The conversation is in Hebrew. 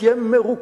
כי הם מרוקנים,